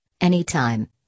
anytime